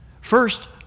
First